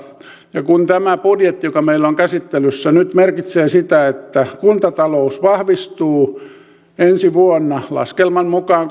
ja kun tämä budjetti joka meillä on käsittelyssä nyt merkitsee sitä että kuntatalous vahvistuu ensi vuonna laskelman mukaan